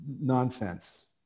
nonsense